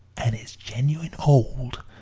and it's genuine old,